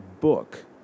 book